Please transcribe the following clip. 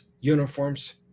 uniforms